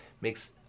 makes